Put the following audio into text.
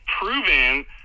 proven